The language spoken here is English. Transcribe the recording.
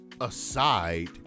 aside